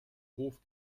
hof